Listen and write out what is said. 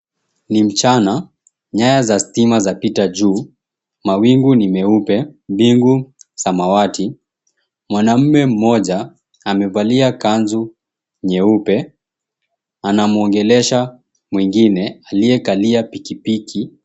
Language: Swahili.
Ni mchana, nyaya za stima zapita juu, mawingu ni meupe, mbingu samawati. Mwanaume mmoja amevalia kanzu nyeupe, anamwongelesha mwengine aliyekalia pikipiki.